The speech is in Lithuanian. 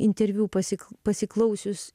interviu pasik pasiklausius